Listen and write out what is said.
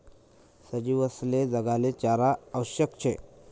सजीवसले जगाले चारा आवश्यक शे